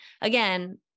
again